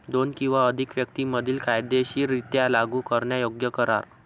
दोन किंवा अधिक व्यक्तीं मधील कायदेशीररित्या लागू करण्यायोग्य करार